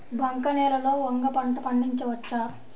బంక నేలలో వంగ పంట పండించవచ్చా?